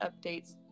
updates